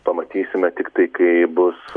pamatysime tiktai kai bus